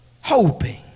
hoping